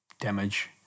damage